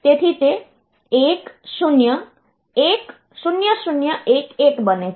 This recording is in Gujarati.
તેથી તે 1010011 બને છે